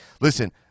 Listen